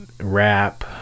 rap